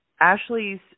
Ashley's